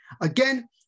Again